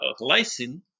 lysine